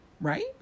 right